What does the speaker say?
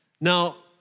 Now